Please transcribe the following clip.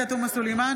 עאידה תומא סלימאן,